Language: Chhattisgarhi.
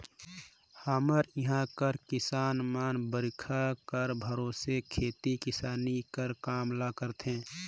हमर इहां कर किसान मन बरिखा कर भरोसे खेती किसानी कर काम ल करथे